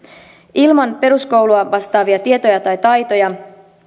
ilman peruskoulua vastaavia tietoja tai taitoja